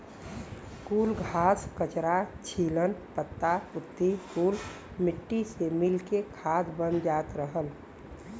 कुल घास, कचरा, छीलन, पत्ता पुत्ती कुल मट्टी से मिल के खाद बन जात रहल